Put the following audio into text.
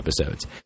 episodes